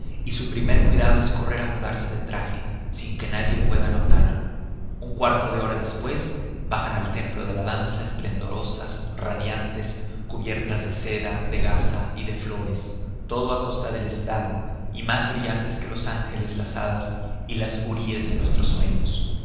y su primer cuidado es correr a mudarse de traje sin que nadie pueda notarlo un cuarto de hora después bajan al templo de la danza esplendorosas radiantes cubiertas de seda de gasas y de flores todo a costa del estado y más brillantes que los ángeles las hadas y las huríes de nuestros sueños